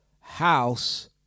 House